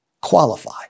qualify